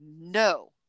No